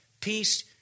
peace